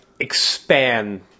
Expand